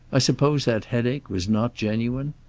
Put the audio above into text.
i suppose that headache was not genuine.